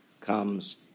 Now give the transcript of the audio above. comes